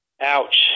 Ouch